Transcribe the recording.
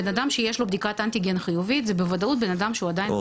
אדם שיש לו בדיקת אנטיגן חיובית זה בוודאות אדם שהוא עדיין מדביק.